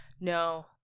No